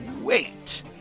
wait